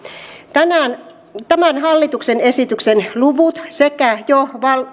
tämän hallituksen esityksen luvut sekä jo